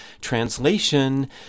Translation